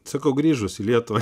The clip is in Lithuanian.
sakau grįžus į lietuvą